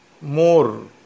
more